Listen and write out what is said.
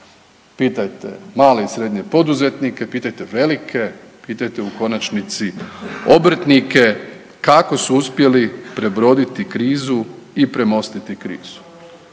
Pitajte male i srednje poduzetnike, pitajte velike, pitajte u konačnici obrtnike kako su uspjeli prebroditi krizu i premostiti krizu.